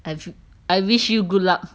I wish you good luck